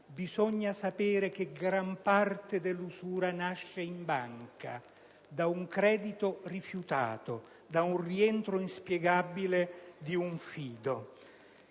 Bisogna sapere che gran parte dell'usura nasce in banca, da un credito rifiutato, da un rientro inspiegabile di un fido.